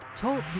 Talk